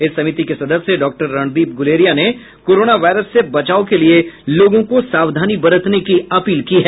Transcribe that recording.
इस समिति के सदस्य डॉक्टर रणदीप गुलेरिया ने कोरोना वायरस से बचाव के लिए लोगों को सावधानी बरतने की अपील की है